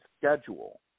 schedule